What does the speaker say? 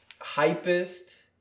Hypest